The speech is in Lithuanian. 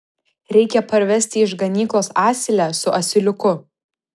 reikia parvesti iš ganyklos asilę su asiliuku